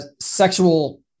sexual